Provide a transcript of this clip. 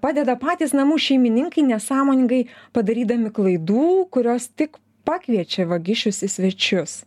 padeda patys namų šeimininkai nesąmoningai padarydami klaidų kurios tik pakviečia vagišius į svečius